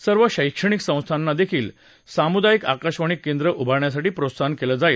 सर्व शैक्षणिक संस्थानादेखील सामुदायिक आकाशवाणी केंद्र उभारण्यासाठी प्रोत्साहित केलं जाईल